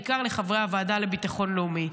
בעיקר חברי הוועדה לביטחון לאומי.